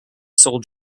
sole